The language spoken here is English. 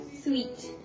Sweet